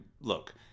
look